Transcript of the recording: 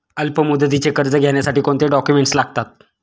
अल्पमुदतीचे कर्ज घेण्यासाठी कोणते डॉक्युमेंट्स लागतात?